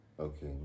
Okay